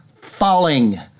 falling